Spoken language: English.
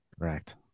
Correct